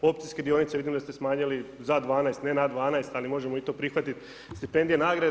Opcijske dionice vidim da ste smanjili za 12, ne na 12, ali možemo i to prihvatiti, stipendije, nagrade.